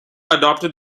adopted